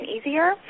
easier